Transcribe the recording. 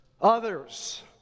others